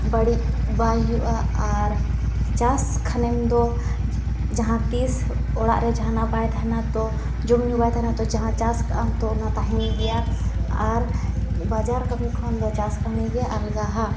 ᱵᱟᱹᱲᱤᱡ ᱵᱟᱭ ᱦᱩᱭᱩᱜᱼᱟ ᱟᱨ ᱪᱟᱥ ᱠᱷᱟᱱᱮᱢᱫᱚ ᱡᱟᱦᱟᱸᱛᱤᱥ ᱚᱲᱟᱜᱨᱮ ᱡᱟᱦᱟᱱᱟᱜ ᱵᱟᱭ ᱛᱟᱦᱮᱱᱟ ᱛᱳ ᱡᱚᱢᱼᱧᱩ ᱵᱟᱭ ᱛᱟᱦᱮᱱᱟ ᱛᱳ ᱡᱟᱦᱟᱸ ᱪᱟᱥᱠᱟᱜᱟᱢ ᱛᱳ ᱚᱱᱟ ᱛᱟᱦᱮᱱ ᱜᱮᱭᱟ ᱟᱨ ᱵᱟᱡᱟᱨ ᱠᱟᱹᱢᱤ ᱠᱷᱚᱱᱫᱚ ᱪᱟᱥ ᱠᱟᱹᱢᱤᱜᱮ ᱟᱞᱜᱟᱦᱟ